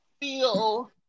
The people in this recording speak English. feel